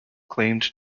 claimed